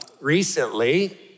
recently